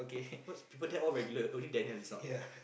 most people there all regular only Daniel is not